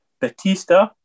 Batista